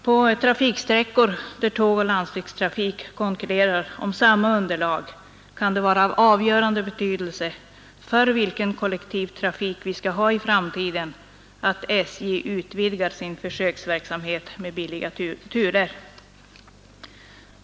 På sträckor där tåg och landsvägstrafik konkurrerar om samma underlag kan det vara av avgörande betydelse för vilken kollektiv trafik vi skall ha i framtiden att SJ utvidgar sin försöksverksamhet med billiga turer.